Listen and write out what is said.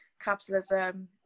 capitalism